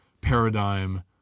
paradigm